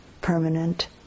permanent